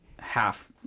half